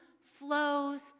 flows